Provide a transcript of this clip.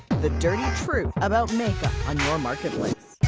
the dirty truth about make-up on your marketplace.